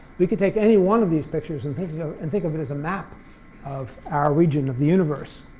we could take any one of these pictures and think you know and think of it as a map of our region of the universe.